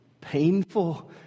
painful